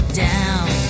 down